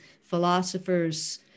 philosophers